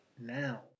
now